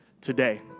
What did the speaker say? today